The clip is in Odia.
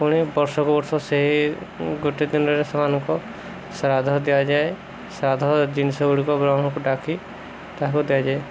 ପୁଣି ବର୍ଷକୁ ବର୍ଷ ସେହି ଗୋଟେ ଦିନରେ ସେମାନଙ୍କ ଶ୍ରାଦ୍ଧ ଦିଆଯାଏ ଶ୍ରାଦ୍ଧ ଜିନିଷ ଗୁଡ଼ିକ ବ୍ରାହ୍ମଣକୁ ଡାକି ତାହାକୁ ଦିଆଯାଏ